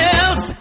else